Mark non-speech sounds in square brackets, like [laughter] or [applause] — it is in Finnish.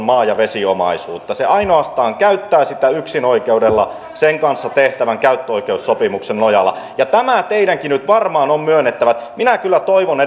[unintelligible] maa ja vesiomaisuutta se ainoastaan käyttää sitä yksinoikeudella sen kanssa tehtävän käyttöoikeussopimuksen nojalla ja tämä teidänkin nyt varmaan on myönnettävä minä kyllä toivon [unintelligible]